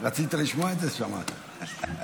הם הסבירו כי החוק מתעכב --- ועאידה.